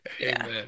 Amen